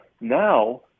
now